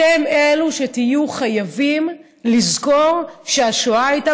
אתם תהיו אלה שחייבים לזכור שהשואה הייתה